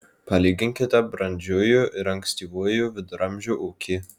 palyginkite brandžiųjų ir ankstyvųjų viduramžių ūkį